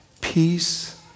peace